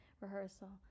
rehearsal